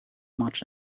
much